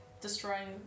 destroying-